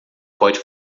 pode